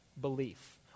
belief